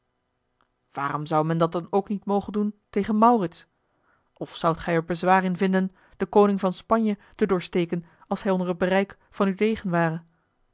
waarom zou men dat dan ook niet mogen doen tegen maurits of zoudt gij er bezwaar in vinden den koning van spanje te doorsteken als hij onder t bereik van uw degen ware